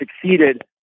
succeeded